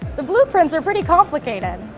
the blueprints are pretty complicated.